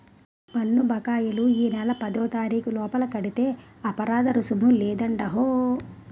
పన్ను బకాయిలు ఈ నెల పదోతారీకు లోపల కడితే అపరాదరుసుము లేదండహో